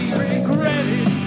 regretted